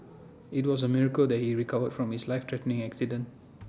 IT was A miracle that he recovered from his life threatening accident